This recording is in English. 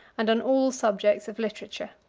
and on all subjects of literature.